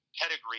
pedigree